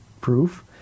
proof